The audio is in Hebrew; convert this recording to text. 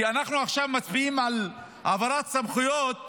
אנחנו עכשיו מצביעים על העברת סמכויות